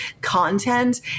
content